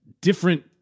different